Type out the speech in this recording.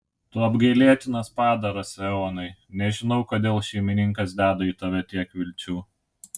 tu apgailėtinas padaras eonai nežinau kodėl šeimininkas deda į tave tiek vilčių